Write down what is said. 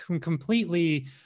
completely